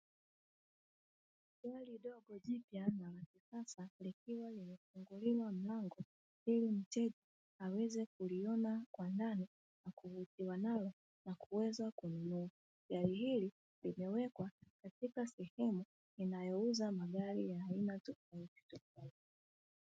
Gari dogo jipya na la kisasa likiwa limefunguliwa mlango ili mteja aweze kuliona kwa ndani na kuvutiwa nalo na kuweza kununua. Gari hili limewekwa katika sehemu inayouza magari ya aina tofautitofauti.